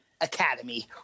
Academy